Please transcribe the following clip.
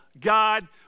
God